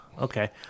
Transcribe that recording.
Okay